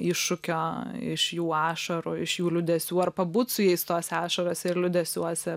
iššūkio iš jų ašarų iš jų liūdesių ar pabūt su jais tose ašarose ir liūdesiuose